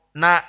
na